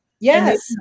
Yes